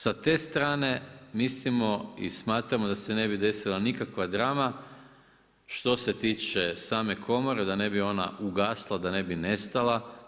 Sa te strane mislimo i smatramo da se ne bi desila nikakva drama što se tiče same Komore da ne bi ona ugasla, da ne bi nestala.